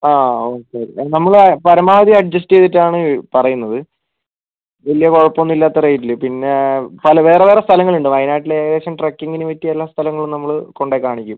അ ഓ ശെരി നമ്മൾ പരമാവധി അഡ്ജസ്റ്റ് ചെയ്തിട്ടാണ് പറയുന്നത് വല്യ കൊഴപ്പൊന്നും ഇല്ലാത്ത റേറ്റിൽ പിന്നെ പല വേറെ വേറെ സ്ഥലങ്ങൾ ഉണ്ട് വയനാട്ടിലെ ഏകദേശം ട്രാക്കിംഗിന് പറ്റിയ എല്ലാ സ്ഥലങ്ങളും നമ്മൾ കൊണ്ടോയ് കാണിക്കും